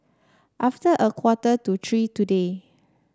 after a quarter to three today